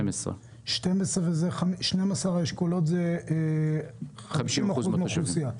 12. 12 האשכולות הם 50% מהאוכלוסייה.